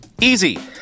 Easy